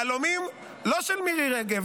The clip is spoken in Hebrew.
יהלומים לא של מירי רגב,